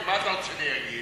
מה אתה רוצה שאני אגיד?